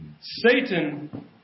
Satan